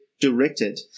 directed